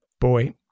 Boy